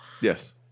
Yes